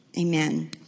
Amen